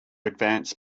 advance